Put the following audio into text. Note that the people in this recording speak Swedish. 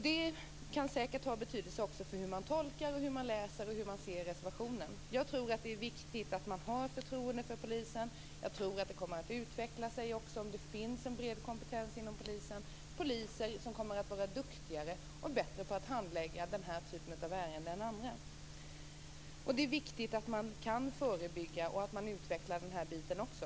Det kan säkert också ha betydelse för hur man tolkar, läser och ser på reservationen. Jag tror att det är viktigt att man har förtroende för polisen. Om det finns en bred kompetens inom polisen tror jag att det kommer att utvecklas poliser som är duktigare och bättre på att handlägga den här typen av ärenden än andra. Det är viktigt att man kan förebygga och att man utvecklar den här biten också.